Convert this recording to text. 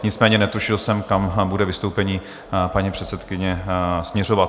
Nicméně netušil jsem, kam bude vystoupení paní předsedkyně směřovat.